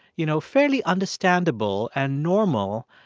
you know, fairly understandable and normal,